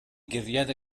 guriad